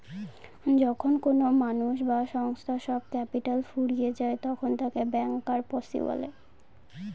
যখন কোনো মানুষ বা সংস্থার সব ক্যাপিটাল ফুরিয়ে যায় তখন তাকে ব্যাংকরাপসি বলে